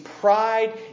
pride